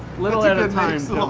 little at a time,